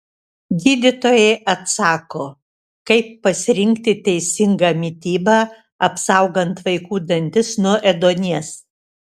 gydytojai atsako kaip pasirinkti teisingą mitybą apsaugant vaikų dantis nuo ėduonies